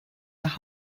nach